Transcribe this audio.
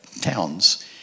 towns